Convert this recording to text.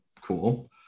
cool